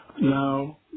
Now